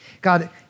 God